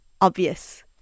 obvious